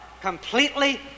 completely